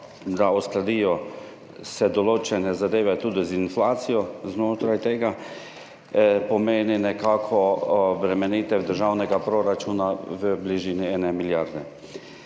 da uskladijo se določene zadeve tudi z inflacijo, znotraj tega pomeni nekako obremenitev državnega proračuna v bližini ene milijarde,